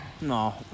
No